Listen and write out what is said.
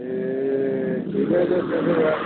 ए ठिकै छ त्यसोभए त